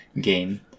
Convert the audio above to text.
game